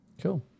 Cool